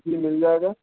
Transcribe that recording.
جی مل جائے گا